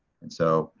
and so